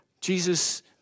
Jesus